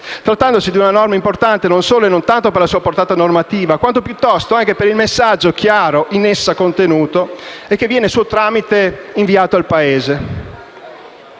trattandosi di una norma importante, non solo e non tanto per la sua portata normativa, quanto piuttosto per il messaggio chiaro in essa contenuto e che viene, suo tramite, inviato al Paese.